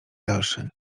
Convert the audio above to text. dalszy